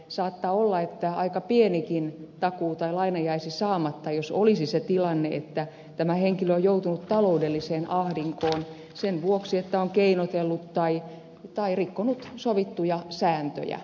saattaa olla että aika pienikin takuu tai laina jäisi saamatta jos olisi se tilanne että tämä henkilö on joutunut taloudelliseen ahdinkoon sen vuoksi että on keinotellut tai rikkonut sovittuja sääntöjä